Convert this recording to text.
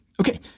Okay